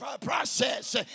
process